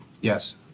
Yes